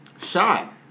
Shot